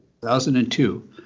2002